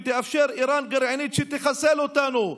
ותאפשר איראן גרעינית שתחסל אותנו.